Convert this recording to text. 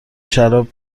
شراب